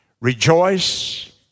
Rejoice